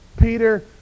Peter